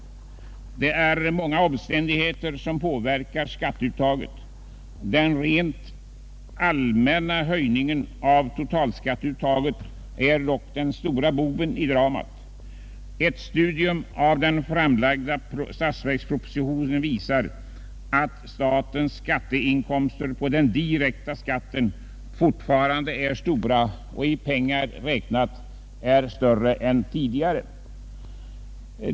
Det är många omständigheter som påverkar skatteuttaget. Den rent allmänna höjningen av totalskatteuttaget är dock den stora boven i dramat. Ett studium av den framlagda statsverkspropositionen ger vid handen att statens inkomster av den direkta skatten fortfarande är stora och i pengar räknat större än tidigare.